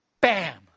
bam